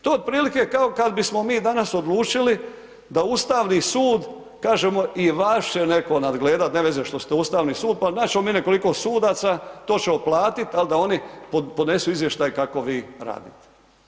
To je otprilike, kao kada bismo mi danas, odlučili da Ustavni sud, kažemo i vas će netko nadgledati, nema veze što ste Ustavni sud, pa naći ćemo mi nekoliko sudaca, to ćemo platiti, ali da oni podnesu izvještaj kako vi radite.